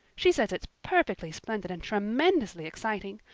she says it's perfectly splendid and tremendously exciting.